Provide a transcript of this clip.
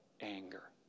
anger